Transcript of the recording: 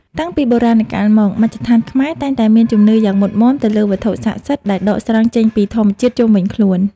តាំងពីបុរាណកាលមកមជ្ឈដ្ឋានខ្មែរតែងតែមានជំនឿយ៉ាងមុតមាំទៅលើវត្ថុស័ក្តិសិទ្ធិដែលដកស្រង់ចេញពីធម្មជាតិជុំវិញខ្លួន។